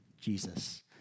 Jesus